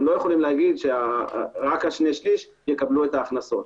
הם לא יכולים לומר שרק שני השליש יקבלו את ההכנסות.